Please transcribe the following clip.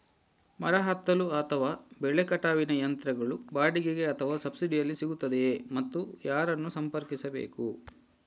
ಮರ ಹತ್ತಲು ಅಥವಾ ಬೆಲೆ ಕಟಾವಿನ ಯಂತ್ರಗಳು ಬಾಡಿಗೆಗೆ ಅಥವಾ ಸಬ್ಸಿಡಿಯಲ್ಲಿ ಸಿಗುತ್ತದೆಯೇ ಮತ್ತು ಯಾರನ್ನು ಸಂಪರ್ಕಿಸಬೇಕು?